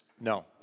No